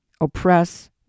oppress